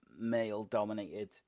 male-dominated